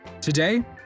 Today